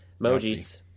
Emojis